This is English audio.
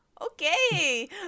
Okay